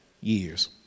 years